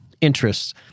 interests